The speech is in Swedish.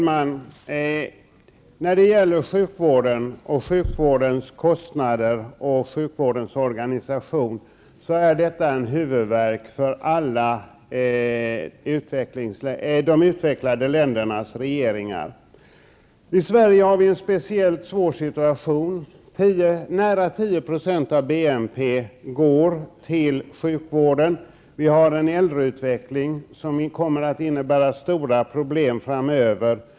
Herr talman! Sjukvårdens kostnader och organisation är en huvudvärk för regeringarna i alla utvecklade länder. I Sverige har vi en speciellt svår situation. Nära 10 % av BNP går till sjukvården. Vi har en äldreutveckling som kommer att medföra stora problem framöver.